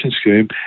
Scheme